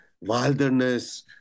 wilderness